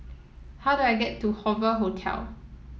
how do I get to Hoover Hotel